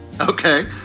Okay